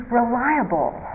reliable